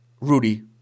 Rudy